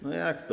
No jak to?